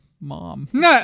mom